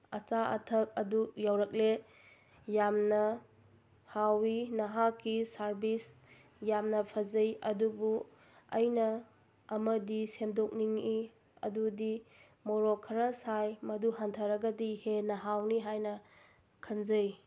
ꯑꯆꯥ ꯑꯊꯛ ꯑꯗꯨ ꯌꯧꯔꯛꯂꯦ ꯌꯥꯝꯅ ꯍꯥꯎꯋꯤ ꯅꯍꯥꯛꯀꯤ ꯁꯔꯚꯤꯁ ꯌꯥꯝꯅ ꯐꯖꯩ ꯑꯗꯨꯕꯨ ꯑꯩꯅ ꯑꯃꯗꯤ ꯁꯦꯝꯗꯣꯛꯅꯤꯡꯉꯤ ꯑꯗꯨꯗꯤ ꯃꯣꯔꯣꯛ ꯈꯔ ꯁꯥꯏ ꯃꯗꯨ ꯍꯟꯊꯔꯒꯗꯤ ꯍꯦꯟꯅ ꯍꯥꯎꯅꯤ ꯍꯥꯏꯅ ꯈꯟꯖꯩ